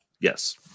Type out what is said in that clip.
Yes